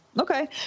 Okay